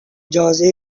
اجازه